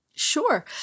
Sure